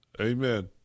Amen